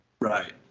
Right